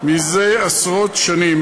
זה עשרות שנים,